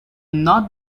not